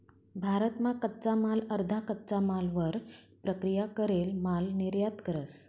भारत मा कच्चा माल अर्धा कच्चा मालवर प्रक्रिया करेल माल निर्यात करस